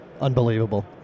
Unbelievable